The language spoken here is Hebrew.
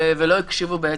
ולא הקשיבו.